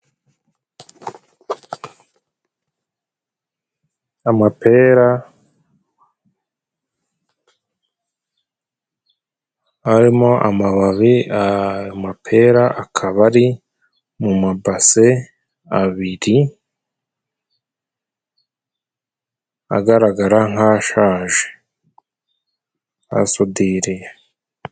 Amapera arimo amababi, amapera akaba ari mu mabase abiri agaragara nk' ashaje, asudiriye.